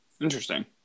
Interesting